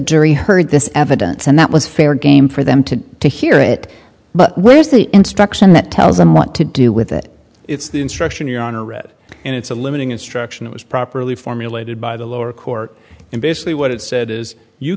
jury heard this evidence and that was fair game for them to to hear it but where is the instruction that tells them what to do with it it's the instruction your honor read and it's a limiting instruction it was properly formulated by the lower court and basically what it said is you